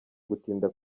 gutinda